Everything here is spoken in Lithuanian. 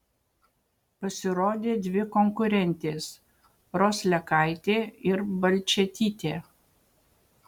pasirodė dvi konkurentės roslekaitė ir balčėtytė